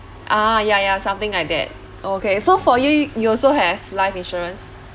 ah ya ya something like that okay so for you you also have life insurance